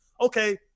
Okay